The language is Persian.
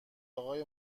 اقای